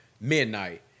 midnight